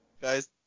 Guys